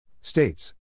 States